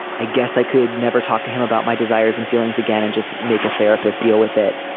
i guess i could never talk to him about my desires and feelings again and just make a therapist deal with it.